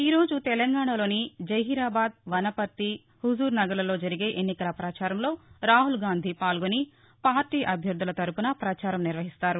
ఈరోజు తెలంగాణలోని జహీరాబాద్ వనపర్తి హుజూర్ నగర్లలో జరిగే ఎన్నికల పచారంలో రాహుల్గాంధీ పాల్గొని పార్టీ అభ్యర్దుల తరపున పచారం నిర్వహిస్తారు